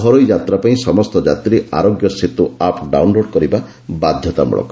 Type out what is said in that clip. ଘରୋଇ ଯାତ୍ରା ପାଇଁ ସମସ୍ତ ଯାତ୍ରୀ ଆରୋଗ୍ୟ ସେତୁ ଆପ୍ ଡାଉନଲୋଡ କରିବା ବାଧ୍ଘତାମଳକ